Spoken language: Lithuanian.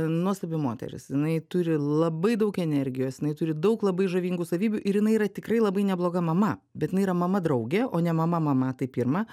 nuostabi moteris jinai turi labai daug energijos jinai turi daug labai žavingų savybių ir jinai yra tikrai labai nebloga mama bet jinai yra mama draugė o ne mama mama tai pirma